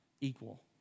equal